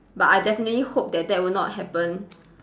but I definitely hope that that would not happen